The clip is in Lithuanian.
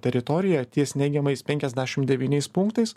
teritorijoje ties neigiamais penkiasdešim devyniais punktais